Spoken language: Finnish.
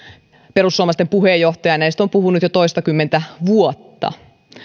perussuomalaisten puheenjohtaja näistä on puhunut jo toistakymmentä vuotta